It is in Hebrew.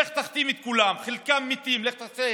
לך תחתים את כולם, חלקם מתים, לך תעשה